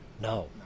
No